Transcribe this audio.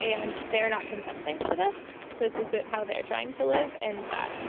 and they're not consenting to this. this is how they're trying to live. and that